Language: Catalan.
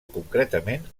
concretament